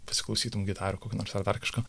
pasiklausytum gitarų kokių nors ar dar kažko